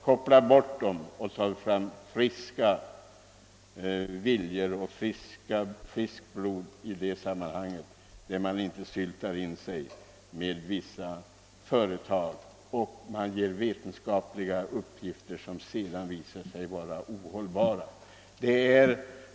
Koppla bort dem och ta fram personer med friska viljor och friskt blod! De får inte sylta in sig med vissa företag som lämnar >»vetenskapliga» uppgifter, vilka sedan visar sig vara ohållbara.